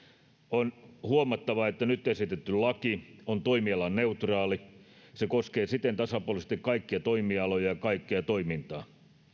on huomattava että nyt esitetty laki on toimialaneutraali se koskee siten tasapuolisesti kaikkia toimialoja ja kaikkea toimintaa